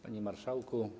Panie Marszałku!